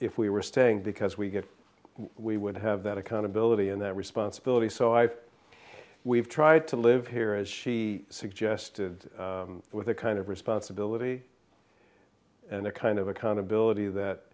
if we were staying because we get we would have that accountability and that responsibility so i've we've tried to live here as she suggested with a kind of responsibility and a kind of accountability that